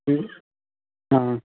ہاں